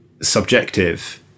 Subjective